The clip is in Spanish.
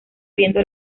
viendo